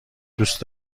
دوست